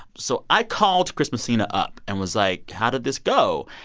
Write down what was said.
so i called chris messina up and was like, how did this go?